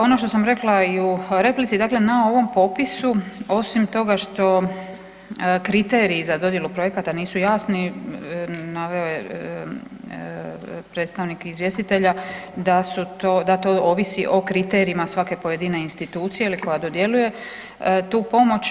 Ono što sam rekla i u replici, dakle na ovom popisu osim toga što kriteriji za dodjelu projekata nisu jasni naveo je predstavnik izvjestitelja da to ovisi o kriterijima svake pojedine institucije ili koja dodjeljuje tu pomoć.